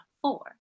four